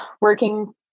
working